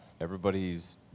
everybody's